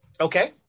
Okay